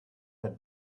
had